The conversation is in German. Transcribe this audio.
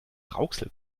rauxel